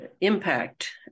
impact